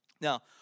Now